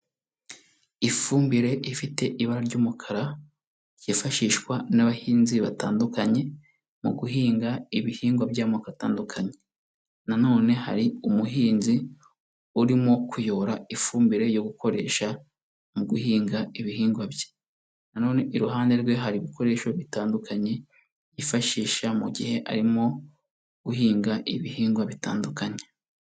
Ifumbire ifite ibara ry'umukara, ryifashishwa n'abahinzi batandukanye mu guhinga ibihingwa by'amoko atandukanye na none hari umuhinzi urimo kuyora ifumbire yo gukoresha mu guhinga ibihingwa bye, na none iruhande rwe hari ibikoresho bitandukanye byifashisha mu gihe arimo guhinga ibihingwa bitandukanye.